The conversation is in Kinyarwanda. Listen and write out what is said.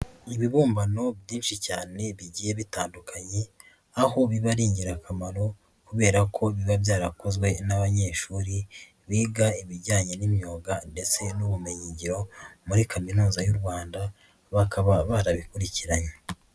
Ibibumbano byinshi cyane bigiye bitandukanye, aho biba ari ingirakamaro kubera ko biba byarakozwe n'abanyeshuri biga ibijyanye n'imyuga ndetse n'ubumenyingiro, muri Kaminuza y'u Rwanda bakaba barabikurikiranye.